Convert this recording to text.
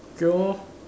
okay lor